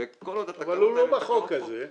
הוא לא בחוק הזה,